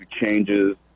changes